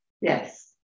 Yes